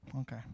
Okay